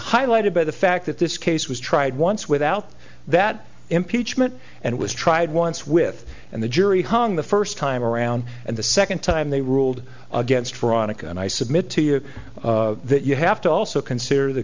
highlighted by the fact that this case was tried once without that impeachment and was tried once with and the jury hung the first time around and the second time they ruled against veronica and i submit to you that you have to also consider the